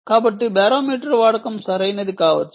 కాబట్టి బేరోమీటర్ వాడకం సరైనది కావచ్చు